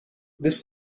this